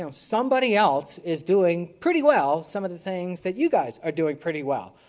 um somebody else is doing pretty well. some of the things that you guys are doing pretty well.